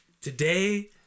Today